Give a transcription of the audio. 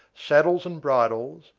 saddles and bridles,